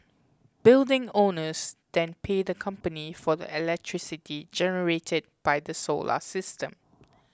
building owners then pay the company for the electricity generated by the solar system